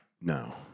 No